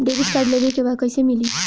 Debit card लेवे के बा कईसे मिली?